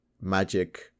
magic